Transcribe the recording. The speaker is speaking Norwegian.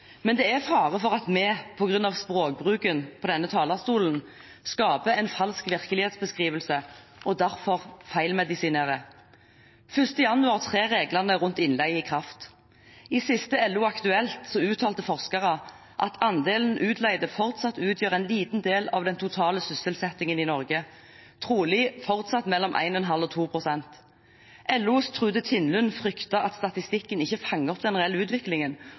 men det er fare for at vi, på grunn av språkbruken på denne talerstolen, skaper en falsk virkelighetsbeskrivelse og derfor feilmedisinerer. Den 1. januar trer reglene om innleie i kraft. I LO Aktuelt i november uttalte forskere at andelen utleide fortsatt utgjør en liten del av den totale sysselsettingen i Norge, trolig fortsatt mellom 1,5 pst. og 2 pst. LOs Trude Tinnlund frykter at statistikken ikke fanger opp den reelle utviklingen,